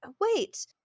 wait